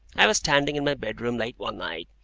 i was standing in my bedroom late one night,